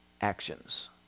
actions